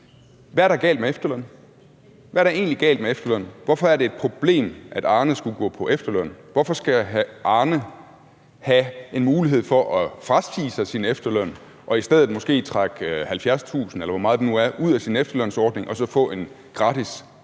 spørge hr. Bent Bøgsted: Hvad er der egentlig galt med efterlønnen? Hvorfor er det et problem, at Arne skulle gå på efterløn? Hvorfor skal Arne have en mulighed for at frasige sig sin efterløn og i stedet måske trække 70.000 kr., eller hvor meget det nu er, ud af sin efterlønsordning og så i stedet